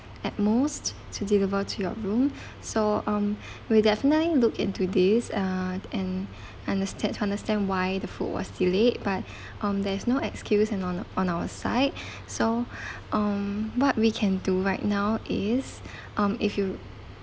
at most to deliver to your room so um we'll definitely look into this uh and understa~ understand why the food was delayed but um there's no excuse and on on our side so um what we can do right now is um if you